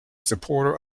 supporter